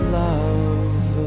love